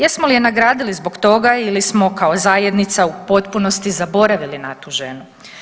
Jesmo li je nagradili zbog toga ili smo kao zajednica u potpunosti zaboravili na tu ženu.